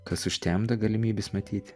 kas užtemdo galimybes matyt